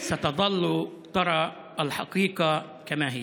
תמשיך לראות את האמת כפי שהיא.)